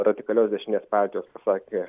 radikalios dešinės partijos pasakė